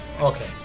okay